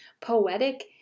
poetic